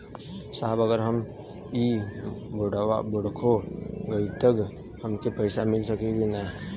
साहब अगर इ बोडखो गईलतऽ हमके पैसा मिल सकेला की ना?